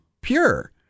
pure